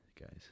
guys